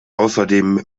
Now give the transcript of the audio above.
außerdem